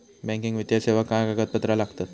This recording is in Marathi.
बँकिंग वित्तीय सेवाक काय कागदपत्र लागतत?